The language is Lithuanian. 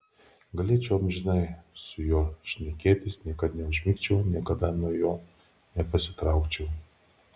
galėčiau amžinai su juo šnekėtis niekada neužmigčiau niekada nuo jo nepasitraukčiau